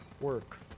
work